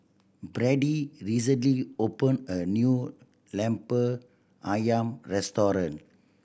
Brady recently opened a new Lemper Ayam restaurant